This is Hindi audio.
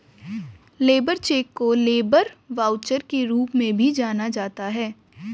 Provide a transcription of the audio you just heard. लेबर चेक को लेबर वाउचर के रूप में भी जाना जाता है